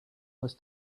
was